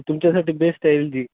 तुमच्यासाठी बेस्ट आहे एल जी